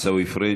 עיסאווי פריג'